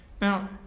Now